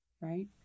right